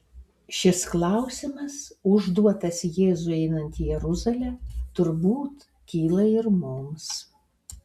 šis klausimas užduotas jėzui einant į jeruzalę turbūt kyla ir mums